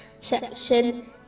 section